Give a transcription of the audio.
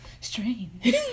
Strange